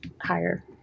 higher